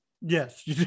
Yes